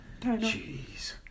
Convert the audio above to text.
Jeez